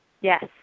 Yes